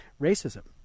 racism